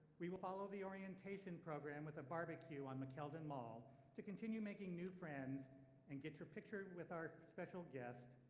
we will follow the orientation program with a barbecue on mckeldin mall to continue making new friends and get your picture with our special guest,